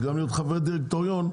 זה גם חבר דירקטוריון,